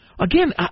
again